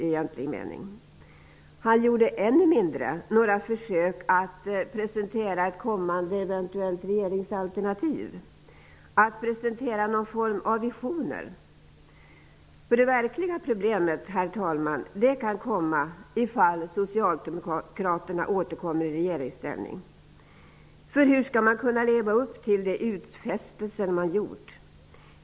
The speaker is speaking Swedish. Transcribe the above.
Bo Holmberg gjorde än mindre några försöka att presentera ett kommande eventuellt regeringsalternativ eller någon form av visioner. Herr talman! Det verkliga problemet kan uppstå om Socialdemokraterna återkommer i regeringsställning. Hur skall man kunna leva upp till de utfästelser man har gjort?